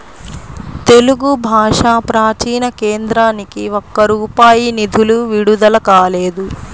తెలుగు భాషా ప్రాచీన కేంద్రానికి ఒక్క రూపాయి నిధులు విడుదల కాలేదు